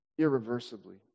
irreversibly